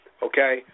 Okay